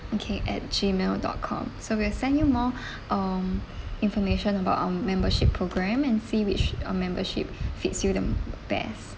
okay at G mail dot com so we'll send you more um information about our membership program and see which uh membership fits you the best